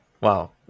Wow